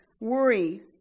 Worry